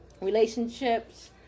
relationships